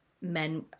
men